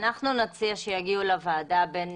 אנחנו נציע שיגיעו לוועדה בין